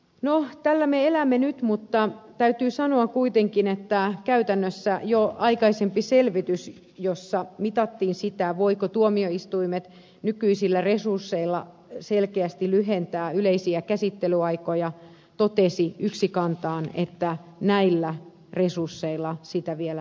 no tällä me elämme nyt mutta täytyy sanoa kuitenkin että käytännössä jo aikaisempi selvitys jossa mitattiin sitä voivatko tuomioistuimet nykyisillä resursseilla selkeästi lyhentää yleisiä käsittelyaikoja totesi yksikantaan että näillä resursseilla sitä vielä ei tehdä